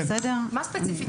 מה ספציפית?